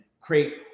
create